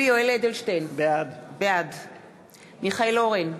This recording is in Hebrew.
נגד יולי יואל אדלשטיין, בעד מיכאל אורן,